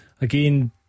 Again